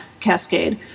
cascade